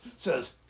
says